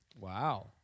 Wow